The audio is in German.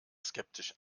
skeptisch